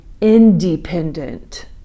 independent